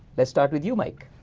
let's start with you mike.